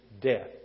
death